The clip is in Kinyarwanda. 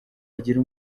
agira